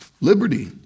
liberty